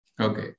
Okay